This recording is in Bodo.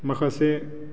माखासे